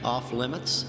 off-limits